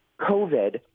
COVID